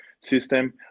system